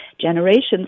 generations